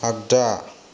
आगदा